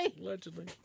Allegedly